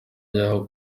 y’aho